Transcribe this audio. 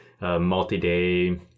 multi-day